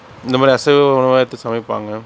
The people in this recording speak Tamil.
இந்த மாதிரி அசைவ உணவாக எடுத்து சமைப்பாங்க